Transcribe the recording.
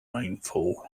rainfall